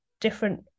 different